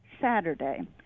Saturday